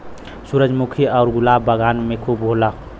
सूरजमुखी आउर गुलाब बगान में खूब होला